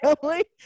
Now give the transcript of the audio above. family